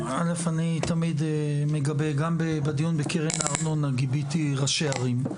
א' אני תמיד מגבה גם בדיון בקרן הארנונה גיביתי ראשי ערים,